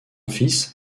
fils